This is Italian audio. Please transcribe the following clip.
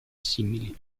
simili